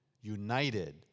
united